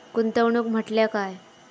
गुंतवणूक म्हटल्या काय?